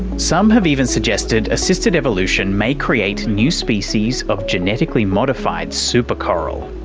some have even suggested assisted evolution may create new species of genetically modified super coral.